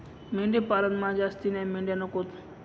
मेंढी पालनमा जास्तीन्या मेंढ्या नकोत